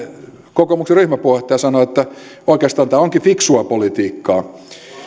kokoomuksen ryhmäpuheenjohtaja sanoi että oikeastaan tämä onkin fiksua politiikkaa